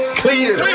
clear